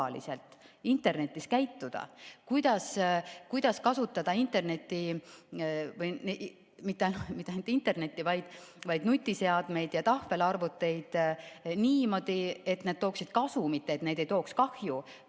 internetis käituda, kuidas kasutada internetti või mitte ainult internetti, vaid nutiseadmeid ja tahvelarvuteid niimoodi, et need tooksid kasu, mitte ei tooks kahju.